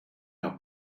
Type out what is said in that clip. are